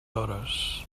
hores